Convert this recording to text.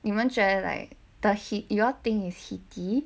你们觉得 like the heat you all think is heaty